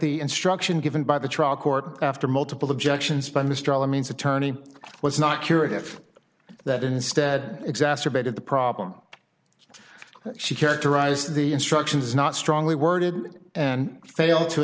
the instruction given by the trial court after multiple objections by mr means attorney was not curative that instead exacerbated the problem she characterize the instructions not strongly worded and failed to